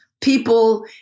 people